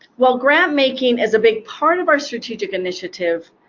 while grant-making is a big part of our strategic initiative,